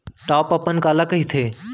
Top अपन काला कहिथे?